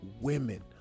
women